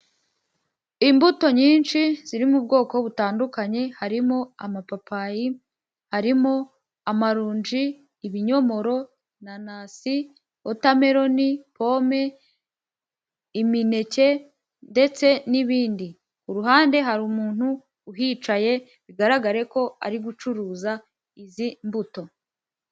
Imbuto nyinshi ziri mu bwoko butandukanye harimo: amapapayi, harimo amaronji, ibinyomoro, inanasi wotameloni, pome, imineke ndetse n'ibindi. Ku ruhande hari umuntu uhicaye bigaragare ko ari gucuruza izi mbuto.